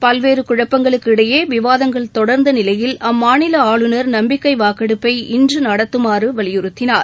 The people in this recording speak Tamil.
பல்வேறு குழப்பங்களுக்கு இடையே விவாதங்கள் தொடர்ந்த நிலையில் அம்மாநில ஆளுநர் நம்பிக்கை வாக்கெடுப்பை இன்று நடத்தமாறு வலியுறுத்தினார்